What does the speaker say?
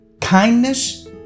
kindness